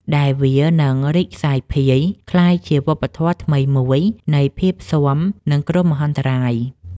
ដែលវានឹងរីកសាយភាយក្លាយជាវប្បធម៌ថ្មីមួយនៃភាពស៊ាំនឹងគ្រោះមហន្តរាយ។